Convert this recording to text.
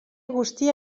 agustí